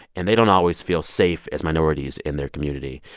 and they don't always feel safe as minorities in their community.